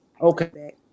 okay